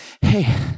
hey